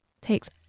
Takes